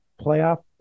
playoff